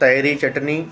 tehri चटनी